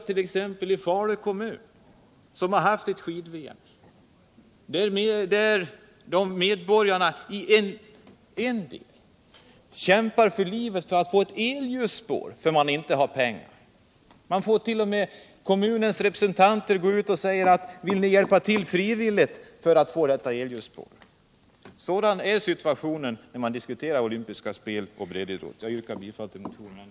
I Falu kommun, som haft skid-VM. kämpar medborgarna för livet för att få ett elljusspår. Det finns emellertid inte pengar till det. Kommunens representanter har ti. 0. m. måst gå ut till invånarna och fråga om de vill hjälpa till frivilligt för att få detta elljusspår. Sådan är situationen när vi nu diskuterar olympiska spel och breddidrott. Herr talman! Jag yrkar ännu en gång bifall till motionen.